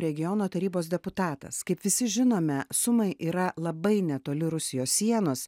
regiono tarybos deputatas kaip visi žinome sumai yra labai netoli rusijos sienos